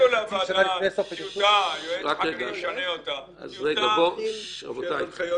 תביאו לוועדה טיוטה היועץ אחר כך ישנה אותה של הנחיות